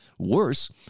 Worse